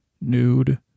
nude